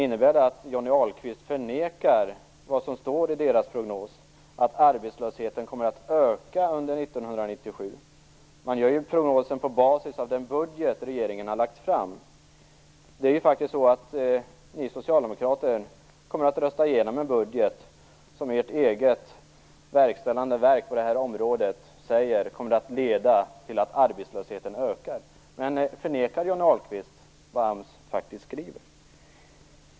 Innebär det att Johnny Ahlqvist förnekar vad som står i deras prognos, dvs. att arbetslösheten kommer att öka under 1997? Man gör ju prognosen på basis av den budget regeringen har lagt fram. Ni socialdemokrater kommer faktiskt att rösta igenom en budget som ert eget verkställande verk på detta område säger kommer att leda till att arbetslösheten ökar. Förnekar Johnny Ahlqvist vad AMS faktiskt skriver?